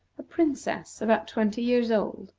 a princess about twenty years old.